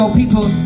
people